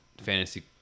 fantasy